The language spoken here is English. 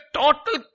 total